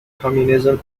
communism